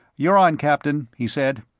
you're on, captain, he said.